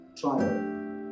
trial